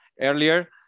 earlier